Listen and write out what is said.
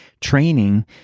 training